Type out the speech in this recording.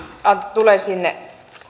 tulen sinne